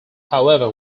however